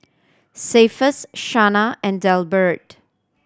Cephus Shana and Delbert